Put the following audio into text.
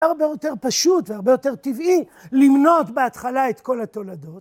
הרבה יותר פשוט והרבה יותר טבעי למנות בהתחלה את כל התולדות.